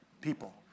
people